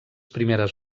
primeres